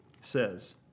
says